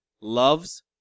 loves